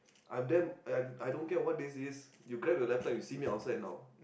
Adam I I don't care what this is you grab your letter and see me outside now